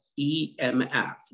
EMF